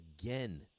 again